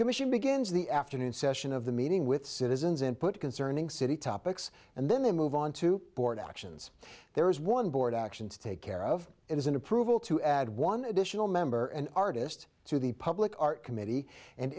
commission begins the afternoon session of the meeting with citizens input concerning city topics and then they move on to board actions there is one board action to take care of it is an approval to add one additional member and artist to the public art committee and